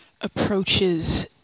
approaches